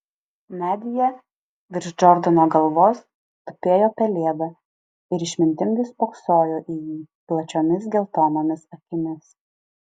medyje virš džordano galvos tupėjo pelėda ir išmintingai spoksojo į jį plačiomis geltonomis akimis